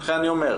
לכן אני אומר,